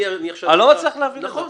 אני לא מצליח להבין את זה,